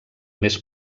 més